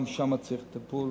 גם שם צריך טיפול.